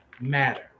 matter